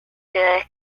ciudades